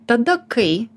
tada kai